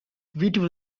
beautiful